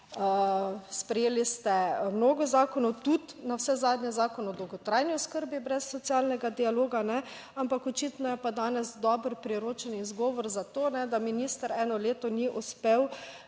Sprejeli ste mnogo zakonov, tudi navsezadnje Zakon o dolgotrajni oskrbi, brez socialnega dialoga, ampak očitno je pa danes dober, priročen izgovor za to, da minister eno leto ni uspel